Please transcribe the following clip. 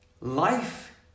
life